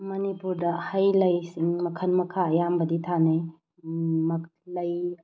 ꯃꯅꯤꯄꯨꯔꯗ ꯍꯩ ꯂꯩꯁꯤꯡ ꯃꯈꯟ ꯃꯈꯥ ꯑꯌꯥꯝꯕꯗꯤ ꯊꯥꯅꯩ ꯂꯩ